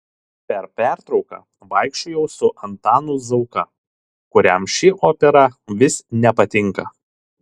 per pertrauką vaikščiojau su antanu zauka kuriam ši opera vis nepatinka